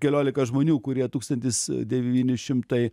keliolika žmonių kurie tūkstantis devyni šimtai